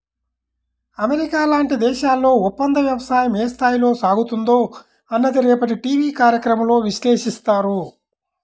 America లాంటి దేశాల్లో ఒప్పందవ్యవసాయం ఏ స్థాయిలో సాగుతుందో అన్నది రేపటి టీవీ కార్యక్రమంలో విశ్లేషిస్తారు